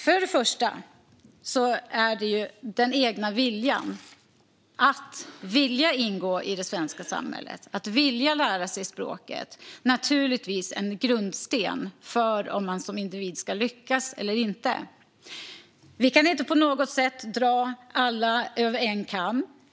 Först och främst handlar det om den egna viljan, att vilja ingå i det svenska samhället, att vilja lära sig språket. Det är naturligtvis en grundsten för om man som individ ska lyckas eller inte. Vi kan inte på något sätt dra alla över en kam.